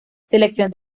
selección